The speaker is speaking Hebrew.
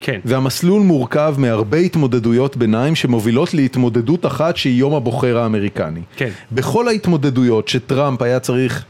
כן. והמסלול מורכב מהרבה התמודדויות ביניים שמובילות להתמודדות אחת שהיא יום הבוחר האמריקני. כן. בכל ההתמודדויות שטראמפ היה צריך...